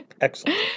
Excellent